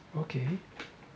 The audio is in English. okay